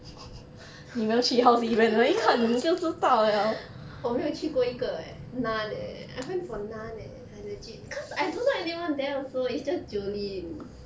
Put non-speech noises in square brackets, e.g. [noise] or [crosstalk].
[laughs] 我没有去过一个 eh none eh I went for none eh I legit cause I don't know anyone there also it's just jolin